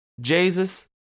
Jesus